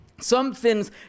something's